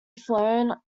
flown